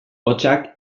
hotzak